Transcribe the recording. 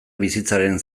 bizitzaren